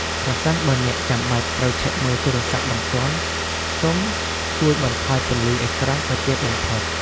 ប្រសិនបើអ្នកចាំបាច់ត្រូវឆែកមើលទូរស័ព្ទបន្ទាន់សូមចួយបន្ថយពន្លឺអេក្រង់អោយទាបបំផុត។